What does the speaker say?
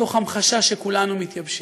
מתוך המחשה שכולנו מתייבשים.